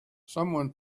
somebody